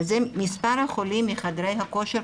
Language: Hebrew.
אבל מספר החולים מחדרי הכושר,